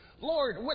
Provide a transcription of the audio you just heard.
Lord